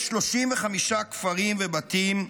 יש 35 כפרים, ובתים רבים,